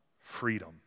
freedom